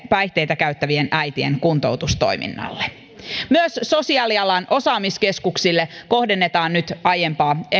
päihteitä käyttävien äitien kuntoutustoiminnalle myös sosiaalialan osaamiskeskuksille kohdennetaan nyt aiempaa